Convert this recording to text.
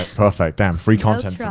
perfect, damn. free content for